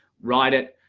right it,